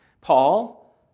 Paul